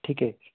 ঠিকেই